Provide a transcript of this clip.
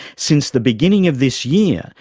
since the beginning of this year,